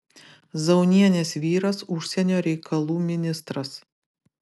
zaunienės vyras užsienio reikalų ministras